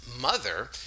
mother